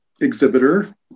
exhibitor